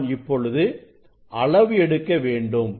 நான் இப்பொழுது அளவு எடுக்க வேண்டும்